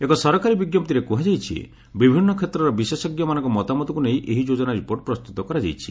ଏକ ସରକାରୀ ବିଜ୍ଞପ୍ତିରେ କୁହାଯାଇଛି ବିଭିନ୍ନ କ୍ଷେତ୍ରର ବିଶେଷଜ୍ଞମାନଙ୍କ ମତାମତକୁ ନେଇ ଏହି ଯୋଜନା ରିପୋର୍ଟ ପ୍ରସ୍ତୁତ କରାଯାଇଛି